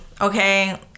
Okay